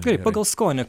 kaip pagal skonį